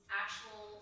actual